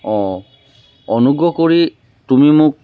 অঁ অনুগ্ৰহ কৰি তুমি মোক